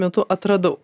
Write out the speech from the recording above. metu atradau